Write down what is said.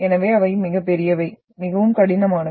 எனவே அவை மிகப்பெரியவை மிகவும் கடினமானவை